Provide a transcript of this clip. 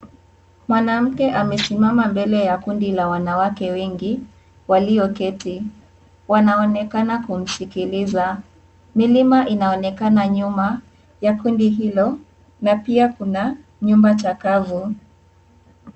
Mwanamke amesimama mbele ya kundi la wanawake wengi walioketi. Wanaonekana kumsikiliza. Milima inaonekana nyuma ya kundi hilo na pia kuna nyuma chakavu.